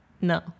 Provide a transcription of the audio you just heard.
no